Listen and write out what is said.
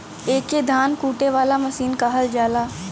एके धान कूटे वाला मसीन कहल जाला